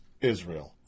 Israel